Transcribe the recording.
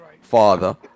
father